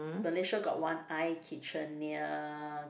Malaysia got one I kitchen near